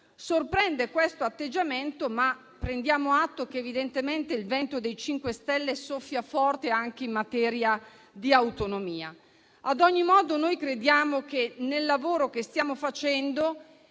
Sorprende questo atteggiamento, ma prendiamo atto che evidentemente il vento dei 5 Stelle soffia forte anche in materia di autonomia. Ad ogni modo, crediamo nel lavoro che stiamo facendo